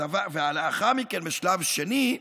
לאחר מכן, בשלב שני,